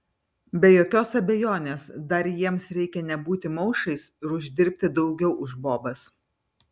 be jokios abejonės dar jiems reikia nebūti maušais ir uždirbti daugiau už bobas